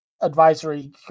Advisory